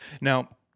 Now